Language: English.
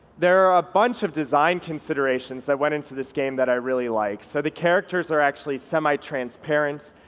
there are a bunch of design considerations that went into this game that i really like, so the characters are actually semi transparent,